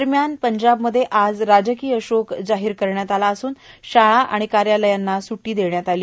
दरम्यान पंजाबमध्ये आज राजकीय शोक जाहीर करण्यात आला असून शाळा आणि कार्यालयांना सुटी देण्यात आली